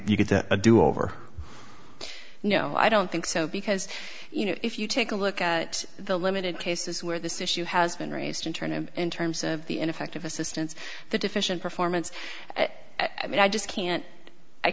a do over you know i don't think so because you know if you take a look at the limited cases where this issue has been raised to turn him in terms of the ineffective assistance the deficient performance i mean i just can't i